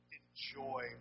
enjoy